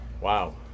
Wow